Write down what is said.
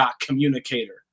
communicator